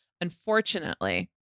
Unfortunately